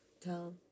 tell